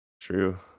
True